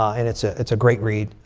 and it's ah it's a great read.